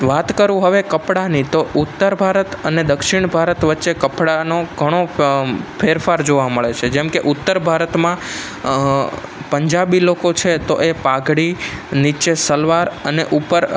વાત કરું હવે કપડાની તો ઉત્તર ભારત અને દક્ષિણ ભારત વચ્ચે કપડાનો ઘણો ફેરફાર જોવા મળે છે જેમ કે ઉત્તર ભારતમાં પંજાબી લોકો છે તો એ પાઘડી નીચે સલવાર અને ઉપર